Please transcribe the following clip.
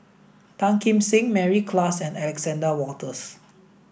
Tan Kim Seng Mary Klass and Alexander Wolters